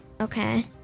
Okay